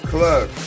Club